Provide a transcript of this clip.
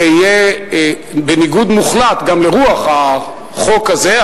זה יהיה בניגוד מוחלט גם לרוח החוק הזה.